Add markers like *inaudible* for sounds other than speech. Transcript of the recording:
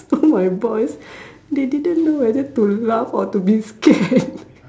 so my boys they didn't know whether to laugh or to be scared *laughs*